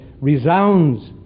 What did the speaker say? resounds